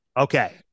okay